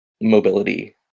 mobility